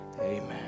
Amen